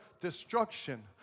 destruction